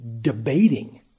debating